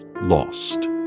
lost